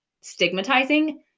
stigmatizing